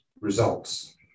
results